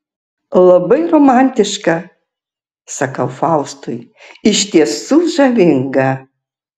labai romantiška sakau faustui iš tiesų žavinga